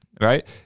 right